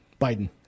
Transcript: Biden